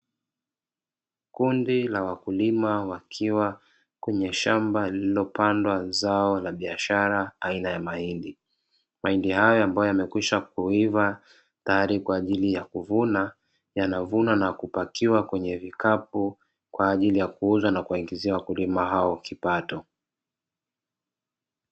Kundi la wakulima wakiwa kwenye shamba lililopandwa zao la biashara aina ya mahindi. Mahindi hayo ambayo yamekwisha kuiva tayari kwa ajili ya kuvuna, yanavunwa na kupakiwa kwenye vikapu kwa ajili ya kuuza na kuwaingizia wakulima hao kipato.